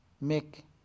make